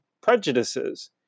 prejudices